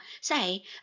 say